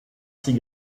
six